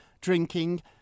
drinking